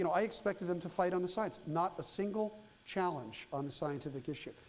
you know i expected them to fight on the sides. not a single challenge on the scientific issue,